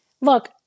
Look